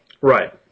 Right